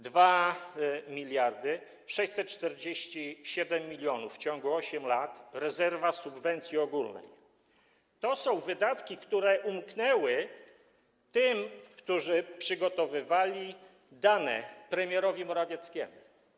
2647 mln w ciągu 8 lat - rezerwa subwencji ogólnej, to są wydatki, które umknęły tym, którzy przygotowywali dane premierowi Morawieckiemu.